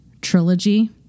trilogy